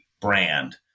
brand